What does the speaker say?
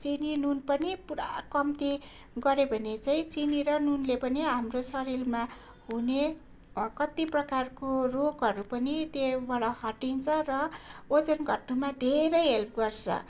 चिनी नुन पनि पुरा कम्ती गरे भने चाहिँ चिनी र नुनले पनि हाम्रो शरीरमा हुने कति प्रकारको रोगहरू पनि त्यहाँबाट हटिन्छ र ओजन घट्नुमा धेरै हेल्प गर्छ